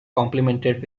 complimented